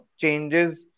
changes